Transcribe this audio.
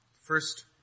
First